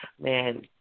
man